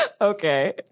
Okay